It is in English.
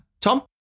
Tom